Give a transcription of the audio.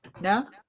No